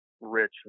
rich